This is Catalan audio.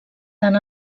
tant